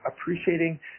appreciating